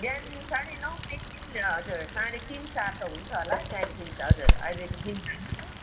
बिहान साढे नौदेखिन हजुर साढे तिन चार त हुन्छ होला त्याँदेखि चाहिँ हजुर अहिले त दिन